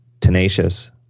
Tenacious